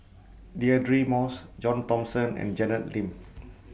Deirdre Moss John Thomson and Janet Lim